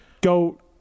Go